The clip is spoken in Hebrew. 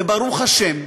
וברוך השם,